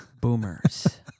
Boomers